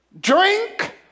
drink